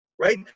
Right